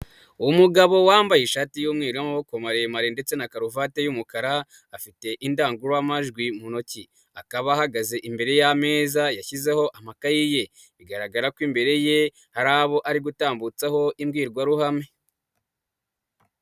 Umugabo wambaye ishati y'umweru n'amaboko maremare ndetse na karuvati y'umukara afite indangururamajwi mu ntoki, akaba ahagaze imbere y'ameza yashyizeho amakaye ye, b igaragara ko imbere ye hari abo ari gutambutsaho imbwirwaruhame.